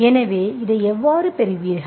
எனவே இதை எவ்வாறு பெறுவீர்கள்